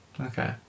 Okay